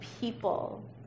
people